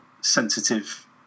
sensitive